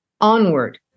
onward